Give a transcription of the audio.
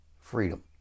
freedom